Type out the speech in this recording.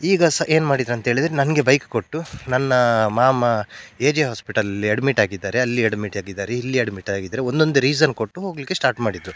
ಈಗ ಸ ಏನು ಮಾಡಿದ್ರು ಅಂತೇಳಿದರೆ ನನಗೆ ಬೈಕ್ ಕೊಟ್ಟು ನನ್ನ ಮಾಮ ಎ ಜೆ ಹಾಸ್ಪಿಟಲಲ್ಲಿ ಅಡ್ಮಿಟ್ ಆಗಿದ್ದಾರೆ ಅಲ್ಲಿ ಅಡ್ಮಿಟ್ ಆಗಿದ್ದಾರೆ ಇಲ್ಲಿ ಅಡ್ಮಿಟ್ ಆಗಿದ್ದಾರೆ ಒಂದೊಂದು ರೀಸನ್ ಕೊಟ್ಟು ಹೋಗಲಿಕ್ಕೆ ಸ್ಟಾರ್ಟ್ ಮಾಡಿದರು